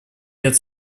лет